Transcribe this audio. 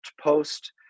post